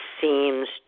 seems